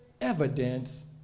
evidence